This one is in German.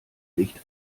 nicht